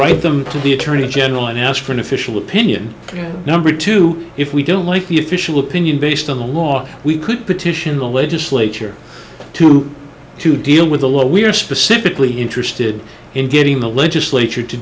write them to the attorney general and ask for an official opinion number two if we don't like the official opinion based on the law we could petition the legislature to to deal with the law we are specifically interested in getting the legislature to